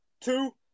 two